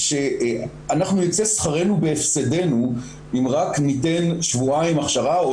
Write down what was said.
שייצא שכרנו בהפסדנו אם רק ניתן שבועיים הכשרה או